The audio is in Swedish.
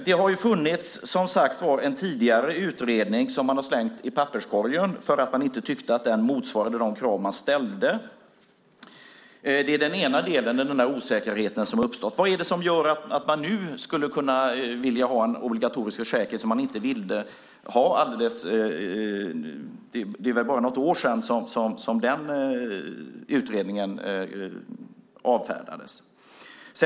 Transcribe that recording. Det har som sagt funnits en tidigare utredning som man har slängt i papperskorgen för att man inte tyckte att den motsvarade de krav man ställde. Det är den ena delen - den osäkerhet som har uppstått. Vad är det som gör att man nu skulle kunna vilja ha en obligatorisk försäkring som man inte ville ha alldeles nyligen? Det är väl bara något år sedan som den utredningen avfärdades.